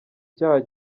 cyaha